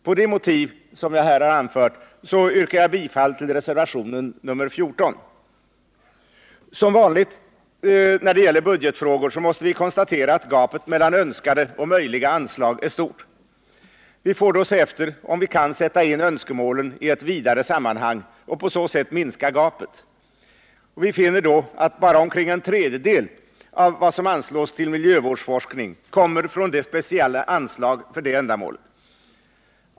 Med de motiv som jag här har anfört yrkar jag bifall till reservation nr 14. Som vanligt när det gäller budgetfrågor måste vi konstatera, att gapet mellan önskade och möjliga anslag är stort. Vi får då se efter, om vi kan sätta in önskemålen i ett vidare sammanhang och på så sätt minska gapet. Vi finner därvid att bara omkring en tredjedel av vad som anslås till miljövårdsforskning kommer från det speciella anslaget för detta ändamål.